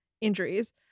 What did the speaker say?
injuries